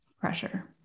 pressure